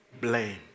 blame